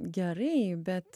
gerai bet